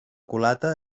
culata